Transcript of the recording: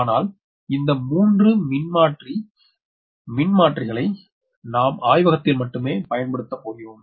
ஆனால் இந்த 3 மாற்றி மின்மாற்றிகளை நாம் ஆய்வகத்தில் மட்டுமே பயன்படுத்தப்போகிறோம்